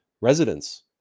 residents